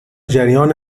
جریان